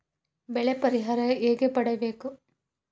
ಬೆಳೆ ಪರಿಹಾರ ಹೇಗೆ ಪಡಿಬೇಕು?